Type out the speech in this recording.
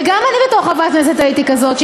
וגם אני בתור חברת כנסת הייתי כזאת,